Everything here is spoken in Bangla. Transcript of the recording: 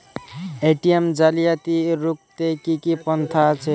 এ.টি.এম জালিয়াতি রুখতে কি কি পন্থা আছে?